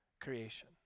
creation